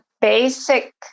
basic